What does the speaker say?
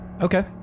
Okay